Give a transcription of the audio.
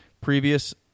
previous